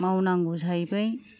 मावनांगौ जाहैबाय